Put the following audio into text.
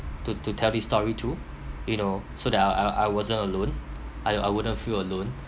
to to tell this story to you know so that I I I wasn't alone I I wouldn't feel alone